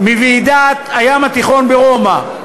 מוועידת הים התיכון ברומא.